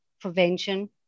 prevention